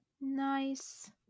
Nice